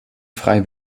frei